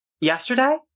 Yesterday